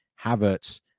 Havertz